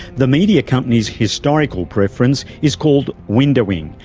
the media companies' historical preference is called windowing,